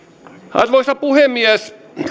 arvoisa puhemies